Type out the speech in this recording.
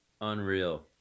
unreal